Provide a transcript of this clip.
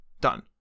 Done